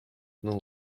from